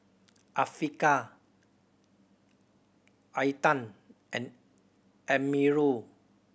Afiqah Intan and Amirul